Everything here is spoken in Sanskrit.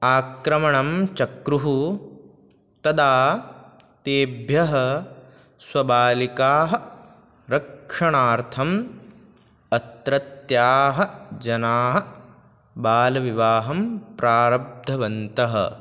आक्रमणं चक्रुः तदा तेभ्यः स्वबालिकारक्षणार्थम् अत्रत्याः जनाः बाल्यविवाहं प्रारब्धवन्तः